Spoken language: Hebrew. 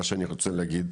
מה שאני רוצה להגיד,